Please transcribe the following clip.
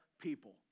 people